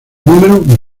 número